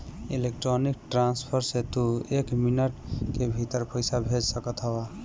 electronic transfer से तू एक मिनट के भीतर पईसा भेज सकत हवअ